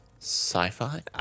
sci-fi